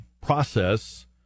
process